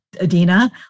Adina